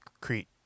Crete